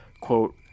quote